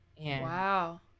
Wow